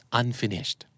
unfinished